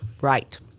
right